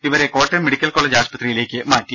ഇവരെ Kottayam medical college ആശുപത്രിയിലേക്ക് മാറ്റി